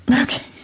Okay